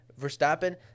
Verstappen